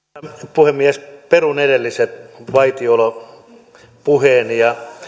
puhemies perun edelliset vaitiolopuheeni ja